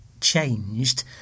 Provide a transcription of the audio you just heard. changed